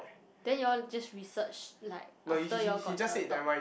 then you all just research like after you all got the dog